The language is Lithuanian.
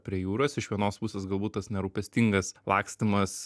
prie jūros iš vienos pusės galbūt tas nerūpestingas lakstymas